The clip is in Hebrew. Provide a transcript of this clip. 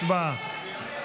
הצבעה.